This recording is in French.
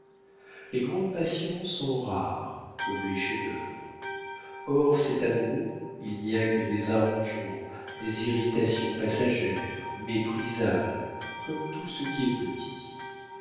les grandes passions sont rares comme les chefs-d'œuvre hors cet amour il n'y a que des arrangements des irritations passagères méprisables comme tout ce qui est petit